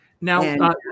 Now